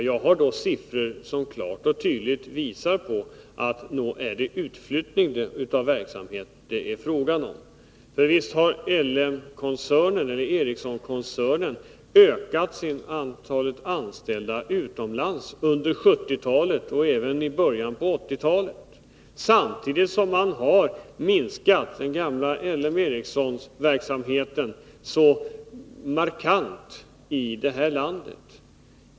Jag har siffror som klart och tydligt visar att nog är det utflyttning av verksamheten som det är fråga om. Visst har Ericssonkoncernen ökat antalet anställda utomlands under 1970-talet och även i början av 1980-talet, samtidigt som man har minskat den gamla ÅL M Ericsson-verksamheten så markant i det här landet.